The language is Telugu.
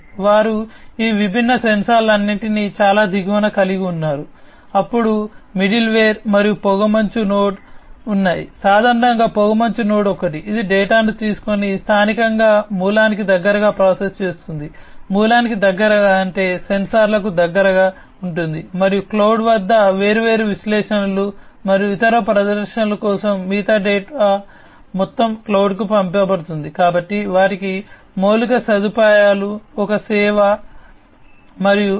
వారు ఈ విభిన్న సెన్సార్లన్నింటినీ చాలా దిగువన కలిగి ఉన్నారు అప్పుడు మిడిల్వేర్ మరియు పొగమంచు నోడ్ పరిష్కారాల కలయిక ఉన్నాయి